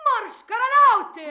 marš karaliauti